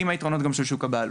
עם היתרונות גם של שוק הבעלות.